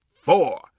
four